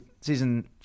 season